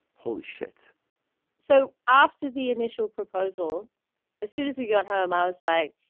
holy shit so after the initial proposal as soon as we got home i was like